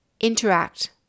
Interact